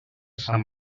sant